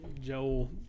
Joel